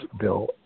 Bill